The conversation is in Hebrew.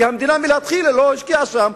כי המדינה מלכתחילה לא השקיעה שם,